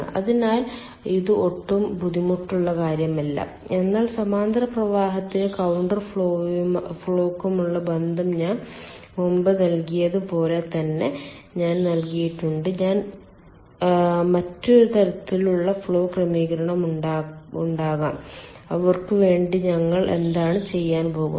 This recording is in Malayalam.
അതിനാൽ ഇത് ഒട്ടും ബുദ്ധിമുട്ടുള്ള കാര്യമല്ല എന്നാൽ സമാന്തര പ്രവാഹത്തിനും കൌണ്ടർ ഫ്ലോയ്ക്കുമുള്ള ബന്ധം ഞാൻ മുമ്പ് നൽകിയത് പോലെ തന്നെ ഞാൻ നൽകിയിട്ടുണ്ട് മറ്റ് തരത്തിലുള്ള ഫ്ലോ ക്രമീകരണം ഉണ്ടാകാം അവർക്കുവേണ്ടി ഞങ്ങൾ എന്താണ് ചെയ്യാൻ പോകുന്നത്